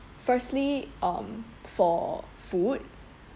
firstly um for food